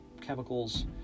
chemicals